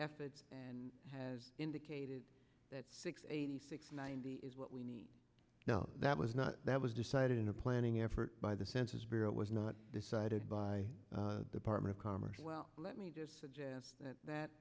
efforts and has indicated that six eighty six ninety is what we need to know that was not that was decided in a planning effort by the census bureau it was not decided by the department of commerce well let me just suggest that that